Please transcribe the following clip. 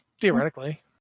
Theoretically